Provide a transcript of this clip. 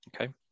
Okay